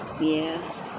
Yes